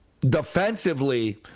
defensively